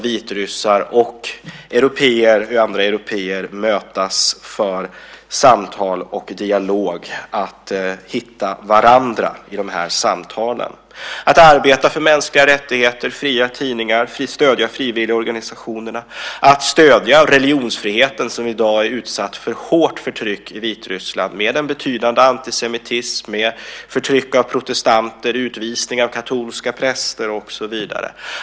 Vitryssar och andra européer måste mötas för samtal och dialog för att därigenom hitta varandra. Vi måste arbeta för mänskliga rättigheter och för fria tidningar samt stödja frivilligorganisationerna. Vi måste också stödja religionsfriheten. Den är i dag utsatt för hårt förtryck i Vitryssland genom en betydande antisemitism, förtryck av protestanter, utvisning av katolska präster och så vidare.